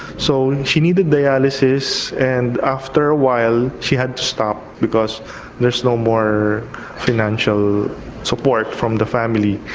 so she needed dialysis and after a while, she had to stop, because there's no more financial support from the family.